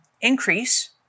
increase